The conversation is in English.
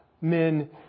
men